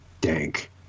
dank